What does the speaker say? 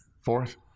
fourth